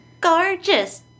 Gorgeous